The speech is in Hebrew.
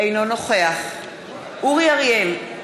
אינו נוכח אורי אריאל,